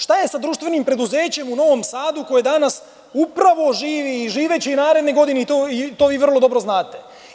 Šta je sa društvenim preduzećem u Novom Sadu koje danas upravo živi i živeće i naredne godinei to vi vrlo dobro znate?